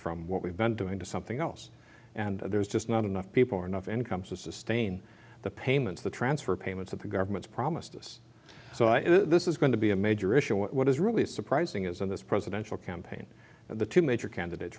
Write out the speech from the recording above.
from what we've been doing to something else and there's just not enough people or enough income sustain the payments the transfer payments and the government's promised us so i think this is going to be a major issue what is really surprising is in this presidential campaign the two major candidates